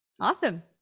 awesome